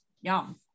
yum